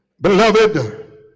Beloved